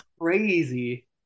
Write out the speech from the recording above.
crazy